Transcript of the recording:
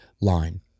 line